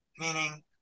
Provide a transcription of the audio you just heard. meaning